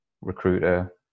recruiter